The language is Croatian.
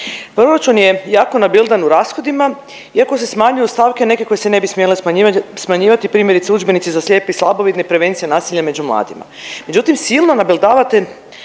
Proračun je jako nabildan u rashodima iako se smanjuju stavke neke koje se ne bi smjele smanjivati primjerice udžbenici za slijepe i slabovidne i prevencija nasilja među mladima. Međutim silno nabildavate